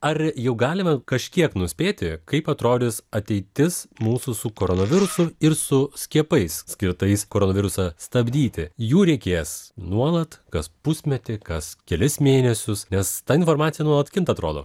ar jau galime kažkiek nuspėti kaip atrodys ateitis mūsų su koronavirusu ir su skiepais skirtais koronavirusą stabdyti jų reikės nuolat kas pusmetį kas kelis mėnesius nes ta informacija nuolat kinta atrodo